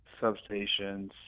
substations